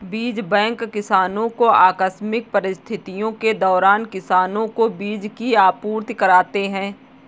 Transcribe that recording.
बीज बैंक किसानो को आकस्मिक परिस्थितियों के दौरान किसानो को बीज की आपूर्ति कराते है